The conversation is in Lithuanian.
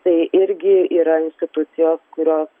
tai irgi yra institucijos kurios